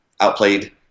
outplayed